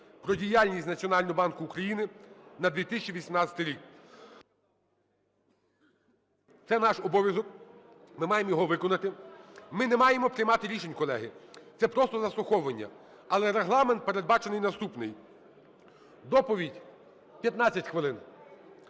про діяльність Національного банку України за 2018рік. Це наш обов'язок, ми маємо його виконати. Ми не маємо приймати рішень, колеги, це просто заслуховування. Але регламент передбачений наступний: доповідь – 15 хвилин,